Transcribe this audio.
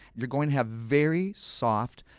you're going to have very soft,